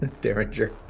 Derringer